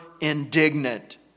indignant